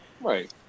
Right